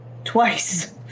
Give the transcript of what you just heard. Twice